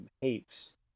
hates